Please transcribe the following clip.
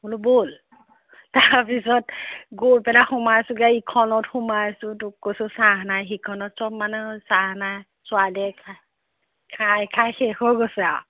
বোলো ব'ল তাৰ পিছত গৈ পেলাই সোমাইছোঁগৈ আৰু ইখনত সোমাইছোঁ তোক কৈছোঁ চাহ নাই সিখনত চব মানে চাহ নাই খাই খাই শেষ হৈ গৈছে আৰু